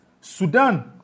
Sudan